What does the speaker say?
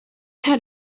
had